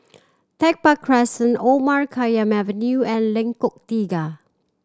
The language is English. Tech Park Crescent Omar Khayyam Avenue and Lengkok Tiga